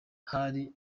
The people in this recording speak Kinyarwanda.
hari